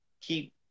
keep